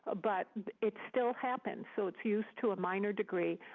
ah but it still happens. so it's used to a minor degree.